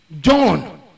John